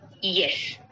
Yes